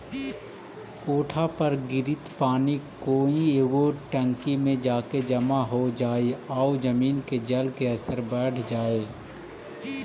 कोठा पर गिरित पानी कोई एगो टंकी में जाके जमा हो जाई आउ जमीन के जल के स्तर बढ़ जाई